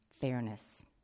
fairness